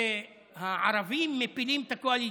שהערבים מפילים את הקואליציה.